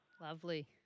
Lovely